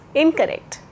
incorrect।